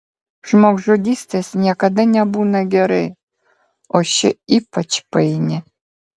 žmogžudystės niekada nebūna gerai o ši ypač paini